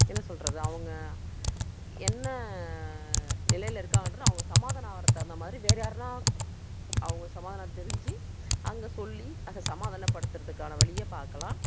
என்ன சொல்றது அவங்க என்ன நிலையில் இருக்காங்கன்று அவங்க சமாதானம் ஆவறத் தகுந்த மாதிரி வேறு யார்ன்னா அவங்க சமாதானம் தெரிஞ்சு அங்கே சொல்லி அதை சமாதானம் படுத்துறதுக்கான வழியை பார்க்கலாம்